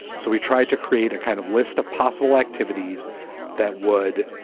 so we tried to create a kind of list of possible activities that would.